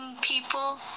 people